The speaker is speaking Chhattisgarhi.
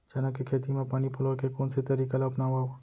चना के खेती म पानी पलोय के कोन से तरीका ला अपनावव?